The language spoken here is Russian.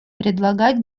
предлагать